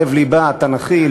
לב-לבה התנ"כי,